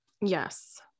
Yes